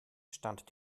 stand